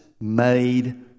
made